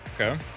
Okay